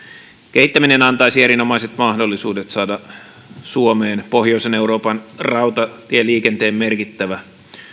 kehittäminen antaisi erinomaiset mahdollisuudet saada suomeen pohjoisen euroopan rautatieliikenteen merkittävä